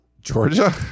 georgia